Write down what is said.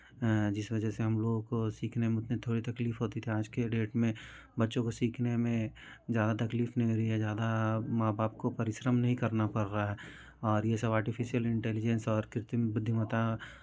जिसमें जैसे हम लोग को सीखने में उसमें थोड़ी तकलीफ होती थी आज के डेट में बच्चों को सीखने में ज़्यादा तकलीफ नहीं मिली ना ज़्यादा माँ बाप को परिश्रम नहीं करना पर रहा है और ये सब आर्टिफिशियल इंटेलिजेंस और कृत्रिम बुद्धिमता